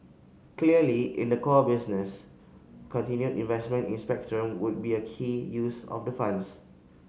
clearly in the core business continued investment in spectrum would be a key use of the funds